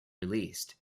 released